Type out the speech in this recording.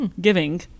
giving